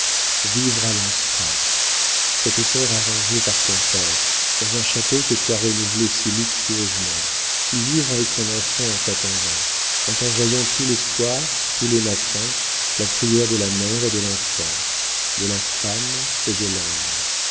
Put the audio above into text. vivre à lanstrac cette terre arrangée par ton père dans un château que tu as renouvelé si luxueusement y vivre avec ton enfant en t'attendant en t'envoyant tous les soirs tous les matins la prière de la mère et de l'enfant de la femme et de l'ange